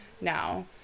now